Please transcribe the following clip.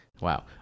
Wow